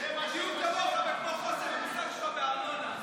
בדיוק כמוך, חוסר המושג שלך בארנונה.